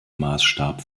maßstab